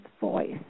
voice